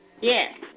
Yes